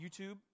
YouTube